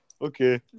Okay